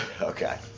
Okay